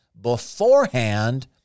beforehand